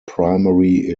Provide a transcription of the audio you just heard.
primary